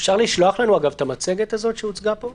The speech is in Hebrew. אפשר לשלוח לנו את המצגת שהוצגה פה?